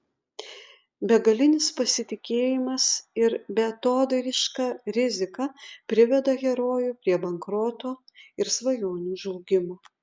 begalinis pasitikėjimas ir beatodairiška rizika priveda herojų prie bankroto ir svajonių žlugimo